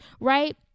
right